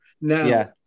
Now